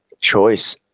choice